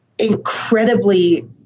incredibly